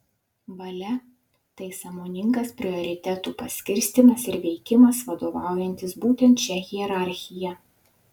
valia tai sąmoningas prioritetų paskirstymas ir veikimas vadovaujantis būtent šia hierarchija